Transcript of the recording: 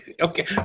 Okay